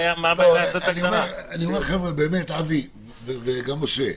אני אומר לכם, אבי ומשה,